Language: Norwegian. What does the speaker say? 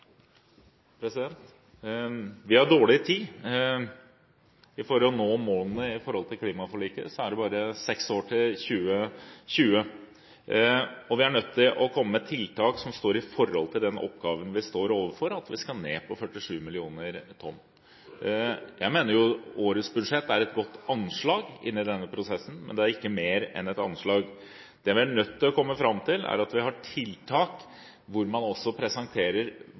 Vi har dårlig tid for å nå målene i klimaforliket. Det er bare seks år til 2020. Vi er nødt til å komme med tiltak som står i forhold til den oppgaven vi står overfor – at vi skal ned på 47 mill. tonn. Jeg mener årets budsjett er et godt anslag inn i denne prosessen, men det er ikke mer enn et anslag. Det vi er nødt til å komme fram til, er at vi har tiltak hvor man også presenterer